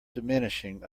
diminishing